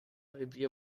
revier